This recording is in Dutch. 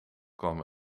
kwam